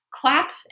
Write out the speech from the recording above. clap